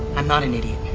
i'm not an idiot.